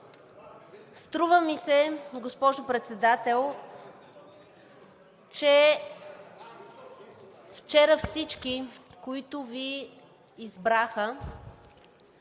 Струва ми се, госпожо Председател, че вчера всички, които Ви избраха,